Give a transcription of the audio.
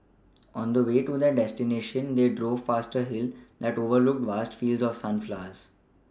on the way to their destination they drove past a hill that overlooked vast fields of sunflowers